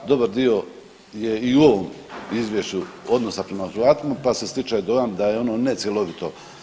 Dobar dio je i u ovom izvješću odnosa prema Hrvatima pa se stiče dojam da je ono necjelovito.